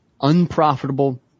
unprofitable